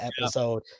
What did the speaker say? episode